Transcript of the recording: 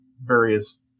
various